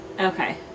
Okay